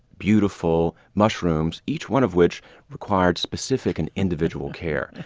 beautiful mushrooms, each one of which required specific and individual care.